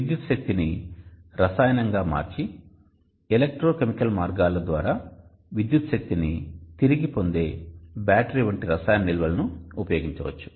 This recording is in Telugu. విద్యుత్ శక్తిని రసాయన శక్తిగా మార్చి ఎలక్ట్రోకెమికల్ మార్గాల ద్వారా విద్యుత్ శక్తిని తిరిగి పొందే బ్యాటరీ వంటి రసాయన నిల్వలను ఉపయోగించవచ్చు